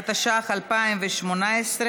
התשע"ח 2018,